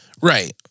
Right